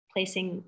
Placing